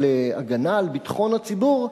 של הגנה על ביטחון הציבור,